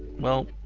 well,